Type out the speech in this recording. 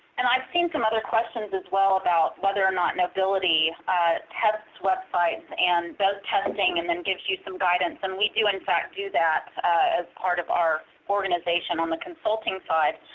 and i've seen some other questions as well about whether or not knowbility tests websites and testing and gives you some guidance. and we do, in fact, do that as part of our organization on the consulting side.